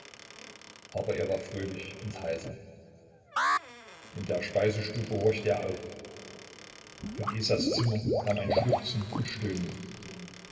aber er war fröhlich und heiter in der speisestube horchte er auf von isas zimmer kam ein schluchzen und stöhnen